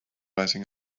rising